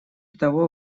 того